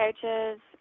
coaches